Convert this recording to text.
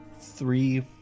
three